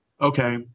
okay